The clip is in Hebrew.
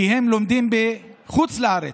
כי הם לומדים בחוץ לארץ,